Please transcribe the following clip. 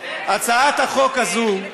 הצעת החוק הזאת,